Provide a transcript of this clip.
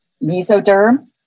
mesoderm